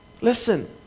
Listen